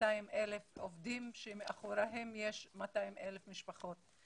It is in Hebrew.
200 אלף עובדים שמאחוריהם יש 200 אלף משפחות.